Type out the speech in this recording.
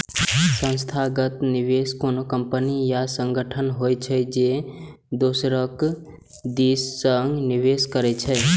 संस्थागत निवेशक कोनो कंपनी या संगठन होइ छै, जे दोसरक दिस सं निवेश करै छै